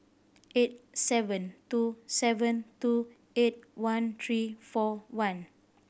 eight seven two seven two eight one three four one